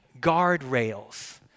guardrails